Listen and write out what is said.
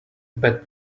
bad